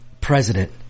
president